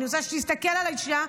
אני רוצה שתסתכל עליי שנייה,